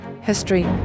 history